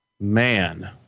Man